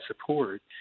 support